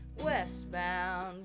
westbound